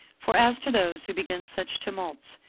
for as to those who begin such tumults,